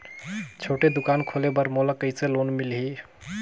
छोटे दुकान खोले बर मोला कइसे लोन मिलही?